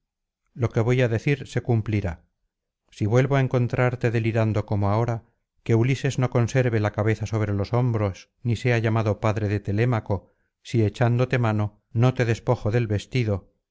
lo que voy á decir se cumplirá si vuelvo á encontrarte delirando como ahora que ulises no conserve la cabeza sobre los hombros ni sea llamado padre de telémaco si echándote mano no te despojo del vestido